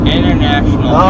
International